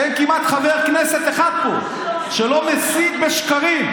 אין כמעט חבר כנסת אחד פה שלא מסית בשקרים.